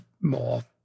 more